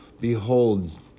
Behold